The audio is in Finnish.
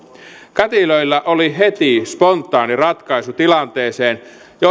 kätilöillä oli heti spontaani ratkaisu tilanteeseen